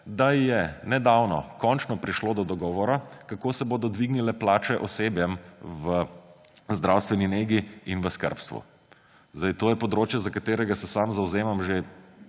da je nedavno končno prišlo do dogovora, kako se bodo dvignile plače osebju v zdravstveni negi in v skrbstvu. To je področje, za katerega se sam zavzemam že